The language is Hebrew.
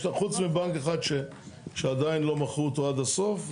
חוץ מבנק אחד שעדיין לא מכרו אותו עד הסוף,